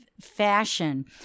fashion